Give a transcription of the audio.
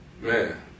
Man